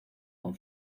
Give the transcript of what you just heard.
con